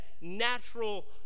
natural